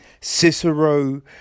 Cicero